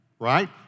Right